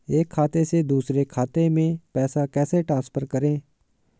एक खाते से दूसरे खाते में पैसे कैसे ट्रांसफर करें?